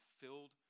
filled